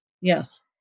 Yes